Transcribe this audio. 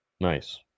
Nice